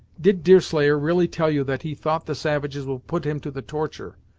did deerslayer really tell you that he thought the savages would put him to the torture?